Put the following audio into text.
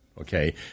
Okay